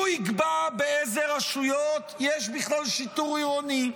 הוא יקבע באילו רשויות יש בכלל שיטור עירוני,